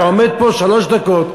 אתה עומד פה שלוש דקות,